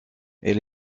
elle